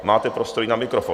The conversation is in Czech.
Máte prostor na mikrofon.